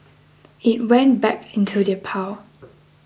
it went back into the pile